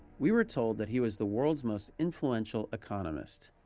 we were told that he was the world's most influential economist.